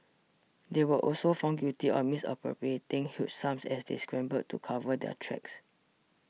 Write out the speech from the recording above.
they were also found guilty of misappropriating huge sums as they scrambled to cover their tracks